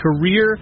career